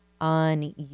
on